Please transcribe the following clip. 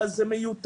אבל זה מיותר,